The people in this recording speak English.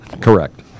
Correct